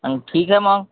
आणि ठीक आहे मग